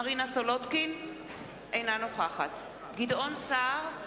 אינה נוכחת גדעון סער,